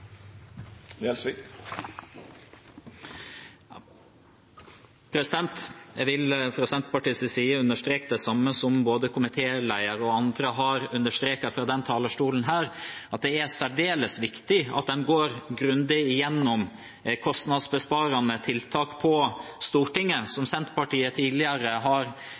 Jeg vil fra Senterpartiets side understreke det samme som både komitelederen og andre har understreket fra denne talerstolen, at det er særdeles viktig at en går grundig gjennom kostnadsbesparende tiltak på Stortinget. Som Senterpartiet tidligere har